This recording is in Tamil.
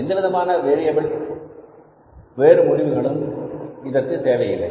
எனவே எந்தவிதமான வேறு முடிவு இதற்கு தேவையில்லை